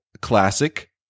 classic